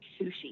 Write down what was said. Sushi